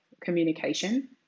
communication